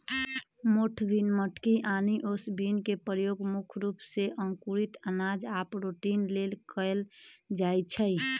मोठ बिन मटकी आनि ओस बिन के परयोग मुख्य रूप से अंकुरित अनाज आ प्रोटीन के लेल कएल जाई छई